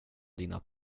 dina